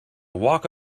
walk